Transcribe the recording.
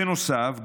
בנוסף,